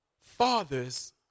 fathers